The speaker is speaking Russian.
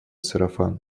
сарафан